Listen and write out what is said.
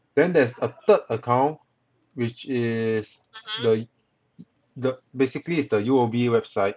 then there's a third account which is the the basically is the U_O_B website